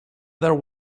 there